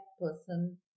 person